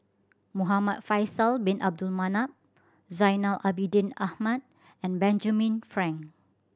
Muhamad Faisal Bin Abdul Manap Zainal Abidin Ahmad and Benjamin Frank